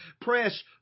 press